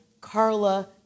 Carla